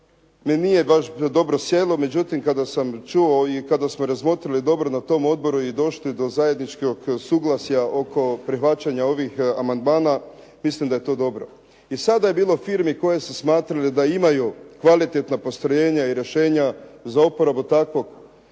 mi nije baš dobro sjelo, međutim kada sam čuo i kada smo razmotrili dobro na tom odboru i došli do zajedničkog suglasja oko prihvaćanja ovih amandmana, mislim da je to dobro. I sada je bilo firmi koji su smatrali da imaju kvalitetno postrojenje i rješenja za uporabu takvog